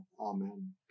Amen